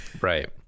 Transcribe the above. Right